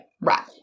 Right